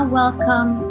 welcome